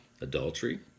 Adultery